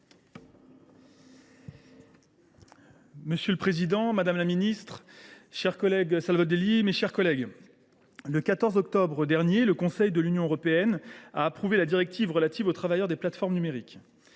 Monsieur le président, madame la ministre, mon cher collègue Pascal Savoldelli, mes chers collègues, le 14 octobre dernier, le Conseil de l’Union européenne a approuvé la directive relative aux travailleurs des plateformes numériques.